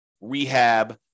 rehab